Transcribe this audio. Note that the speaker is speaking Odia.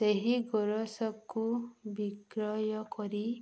ସେହି ଗୋରସକୁ ବିକ୍ରୟ କରି